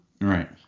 Right